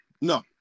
no